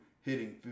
hitting